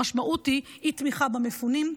המשמעות היא אי-תמיכה במפונים,